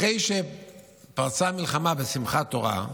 אחרי שפרצה המלחמה בשמחת תורה,